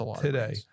today